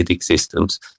systems